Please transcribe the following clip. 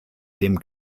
dem